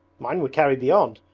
mine would carry beyond.